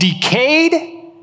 decayed